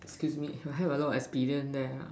excuse me you have a lot experience there ah